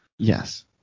Yes